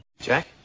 Jack